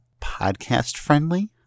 podcast-friendly